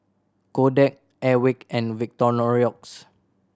Kodak Airwick and Victorinox